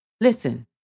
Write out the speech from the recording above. Listen